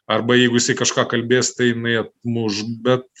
arba jeigu jisai kažką kalbės tai jinai atmuš bet